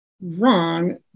wrong